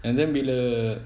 and then bila